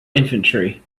infantry